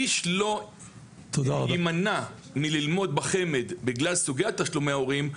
איש לא יימנע ללמוד בחמ"ד בגלל סוגי תשלומי ההורים,